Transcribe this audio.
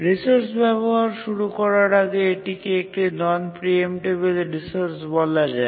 resource ব্যবহার শুরু করার আগে এটিকে একটি নন প্রিএম্পটেবিল রিসোর্স বলা যায়